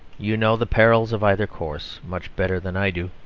you know the perils of either course much better than i do.